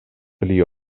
pli